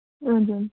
हजुर